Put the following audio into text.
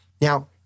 Now